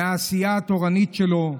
מהעשייה התורנית שלו.